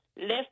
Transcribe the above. Left